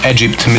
Egypt